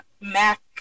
Mac